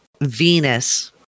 Venus